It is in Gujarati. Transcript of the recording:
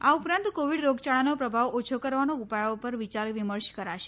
આ ઉપરાંત કોવિડ રોગયાળાનો પ્રભાવ ઓછો કરવાના ઉપાયો પર વિયાર વિમર્શ કરાશે